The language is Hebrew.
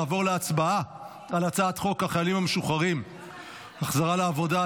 נעבור להצבעה על הצעת חוק החיילים המשוחררים (החזרה לעבודה)